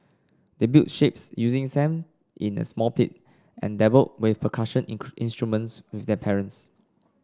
they built shapes using sand in a small pit and dabbled with percussion instruments with their parents